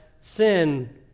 sin